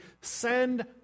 Send